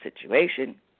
situation